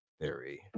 theory